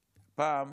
שפעם,